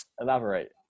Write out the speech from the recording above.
Elaborate